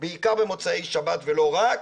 בעיקר במוצאי שבת ולא רק,